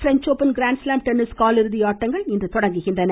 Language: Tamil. ப்ரெஞ்ச் ஒப்பன் கிராண்ட்ஸ்லாம் டென்னிஸ் போட்டியின் காலிறுதி ஆட்டங்கள் இன்று தொடங்குகின்றன